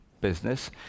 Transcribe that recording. business